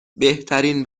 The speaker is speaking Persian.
بهترین